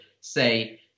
say